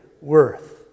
worth